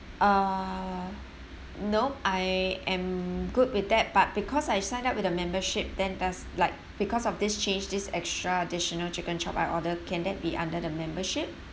uh nope I am good with that but because I sign up with a membership then there's like because of this change this extra additional chicken chop I order can then be under the membership